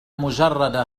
مجرد